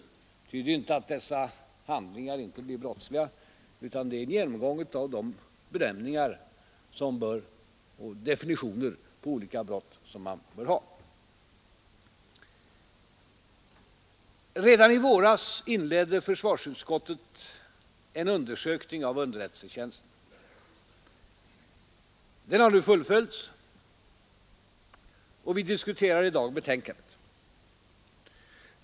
Det betyder inte att dessa handlingar inte blir brottsliga, utan det är en genomgång av de bedömningar och definitioner på olika brott som man bör ha. Redan i våras inledde försvarsutskottet en undersökning av underrättelsetjänsten. Den har nu fullföljts, och vi diskuterar i dag betänkandet.